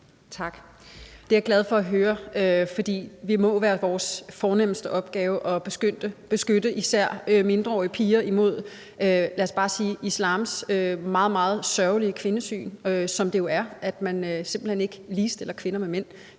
Tak. Det er jeg glad for at høre, for det må være vores fornemste opgave at beskytte især mindreårige piger imod, lad os bare sige islams meget, meget sørgelige kvindesyn, som det jo er, at man simpelt hen ikke ligestiller kvinder med mænd.